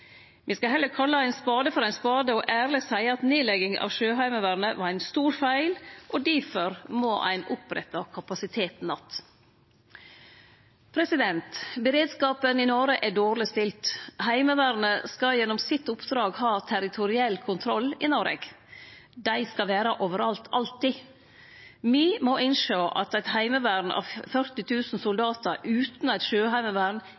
Me skal heller kalle ein spade for ein spade og ærleg seie at nedlegging av Sjøheimevernet var ein stor feil. Difor må ein opprette kapasiteten att. Beredskapen i Noreg er dårleg stilt. Heimevernet skal gjennom sitt oppdrag ha territorial kontroll i Noreg. Dei skal vere overalt, alltid. Me må innsjå at eit heimevern av 40 000 soldatar utan eit sjøheimevern